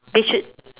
they should